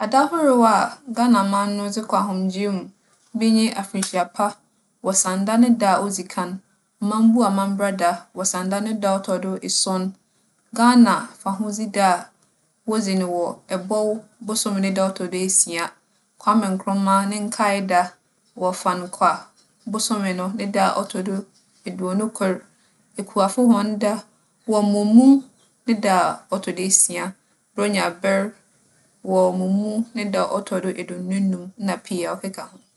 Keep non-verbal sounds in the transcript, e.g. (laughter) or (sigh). Ada ahorow a Ghanaman no dze kͻ ahomgyee mu bi nye afrenhyia (noise) pa wͻ Sanda ne da a odzi kan. Amambu amambra da wͻ Sanda ne da a ͻtͻ do esuon. Ghana fahodzi da a wodzi no wͻ Ebͻw bosoom ne da a ͻtͻ do esia. Kwame Nkrumah ne nkaa da wͻ Fankwa bosoom no ne da a ͻtͻ do eduonu kor. Ekuafo hͻn da wͻ Mumu ne da a ͻtͻ do esia. Borͻnya ber wͻ Mumu ne da a ͻtͻ do eduonu enum na pii a ͻkeka ho.